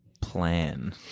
Plan